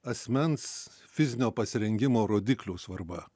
asmens fizinio pasirengimo rodiklių svarba